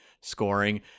scoring